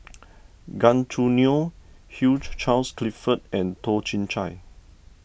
Gan Choo Neo Hugh Charles Clifford and Toh Chin Chye